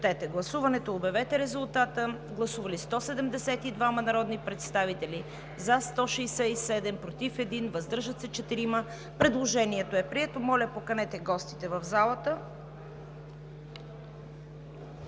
направената процедура за допуск. Гласували 172 народни представители: за 167, против 1, въздържали се 4. Предложението е прието. Моля, поканете гостите в залата.